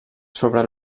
sobre